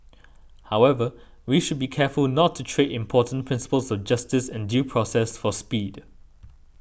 however we should be careful not to trade important principles of justice and due process for speed